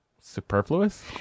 superfluous